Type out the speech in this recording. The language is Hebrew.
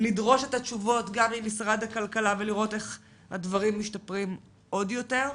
נדרוש את התשובות גם ממשרד הכלכלה ונראה איך הדברים משתפרים עוד יותר.